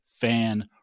Fan